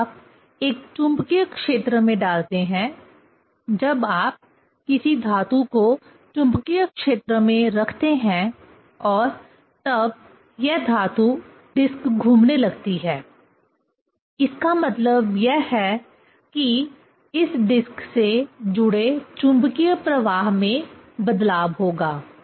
जब आप एक चुंबकीय क्षेत्र में डालते हैं जब आप किसी धातु को चुंबकीय क्षेत्र में रखते हैं और तब यह धातु डिस्क घूमने लगती है इसका मतलब यह है कि इस डिस्क से जुड़े चुंबकीय प्रवाह में बदलाव होगा